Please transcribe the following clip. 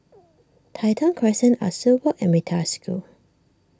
Tai Thong Crescent Ah Soo Walk and Metta School